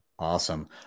Awesome